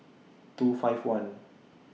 two five one